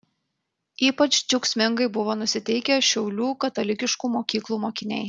ypač džiaugsmingai buvo nusiteikę šiaulių katalikiškų mokyklų mokiniai